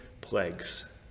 plagues